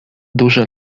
duże